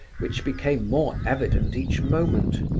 which became more evident each moment,